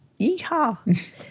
yeehaw